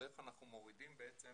זה איך אנחנו מורידים בעצם